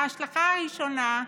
ההשלכה הראשונה: